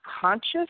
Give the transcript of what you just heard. conscious